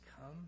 come